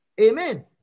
Amen